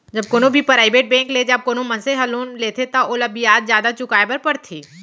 जब कोनो भी पराइबेट बेंक ले जब कोनो मनसे ह लोन लेथे त ओला बियाज जादा चुकाय बर परथे